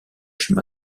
chez